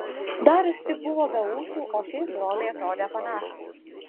darius tik buvo be ūsų o šiaip broliai atrodė panašūs